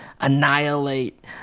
annihilate